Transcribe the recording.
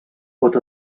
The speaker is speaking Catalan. pot